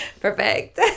Perfect